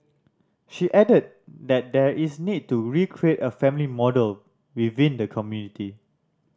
she added that there is need to recreate a family model within the community